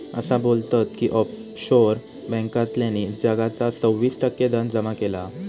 असा बोलतत की ऑफशोअर बॅन्कांतल्यानी जगाचा सव्वीस टक्के धन जमा केला हा